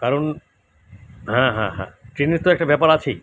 কারণ হ্যাঁ হ্যাঁ হ্যাঁ ট্রেনের তো একটা ব্যাপার আছেই